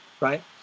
right